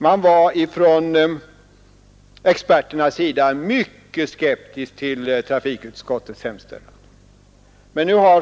Man var från experternas sida mycket skeptisk till trafikutskottets hemställan.